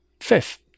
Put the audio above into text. Fifth